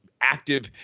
active